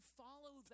follow